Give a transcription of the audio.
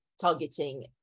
targeting